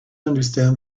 understand